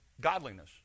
godliness